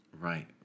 Right